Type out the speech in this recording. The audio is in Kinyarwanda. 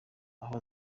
aho